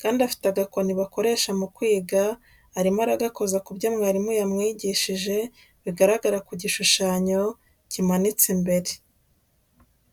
kandi afite agakoni bakoresha mu kwiga, arimo aragakoza ku byo mwarimu yambwigishije bigaragara ku gishushanyo, kimanitse imbere.